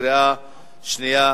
קריאה שנייה